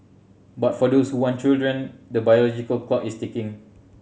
but for those who want children the biological clock is ticking